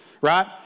Right